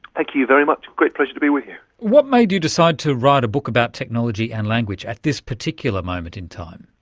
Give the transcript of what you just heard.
like you you very much, a great pleasure to be with what made you decide to write a book about technology and language at this particular moment in time?